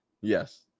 Yes